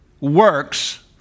works